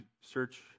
search